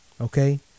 Okay